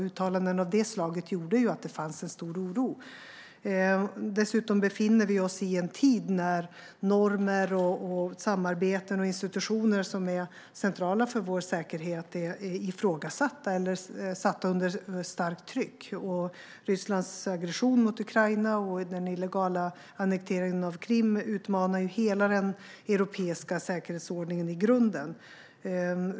Uttalanden av detta slag gjorde att det fanns en stor oro. Vi befinner oss i en tid när normer, samarbeten och institutioner som är centrala för vår säkerhet ifrågasätts eller utsätts för starkt tryck. Rysslands aggression mot Ukraina och den illegala annekteringen av Krim utmanar hela den europeiska säkerhetsordningen i grunden.